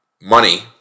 money